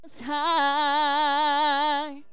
High